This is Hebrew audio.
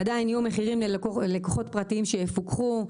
עדין יהיו מחירים ללקוחות פרטיים שיפוקחו,